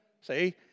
See